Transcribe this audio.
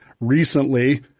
recently